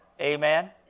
Amen